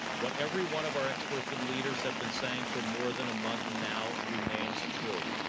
what everyone of our experts and leaders have been saying for more than a month now remains true.